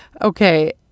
okay